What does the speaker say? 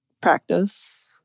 practice